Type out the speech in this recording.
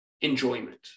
enjoyment